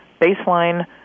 baseline